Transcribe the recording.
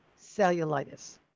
cellulitis